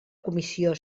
comissió